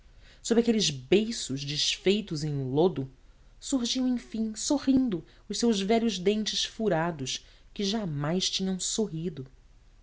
sob aqueles beiços desfeitos em lodo surgiam enfim sorrindo os seus velhos dentes furados que jamais tinham sorrido